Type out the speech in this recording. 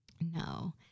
No